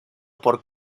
por